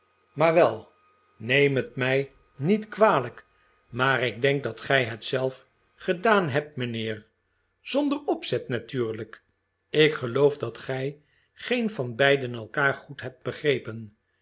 maar wel neem het mij niet kwalijk maar ik denk dat gij het zelf gedaan hebt mijnheer zonder opzet natuurlijk ik geloof dat gij geen van beiden elkaar goed hebt begrepen